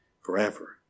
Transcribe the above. forever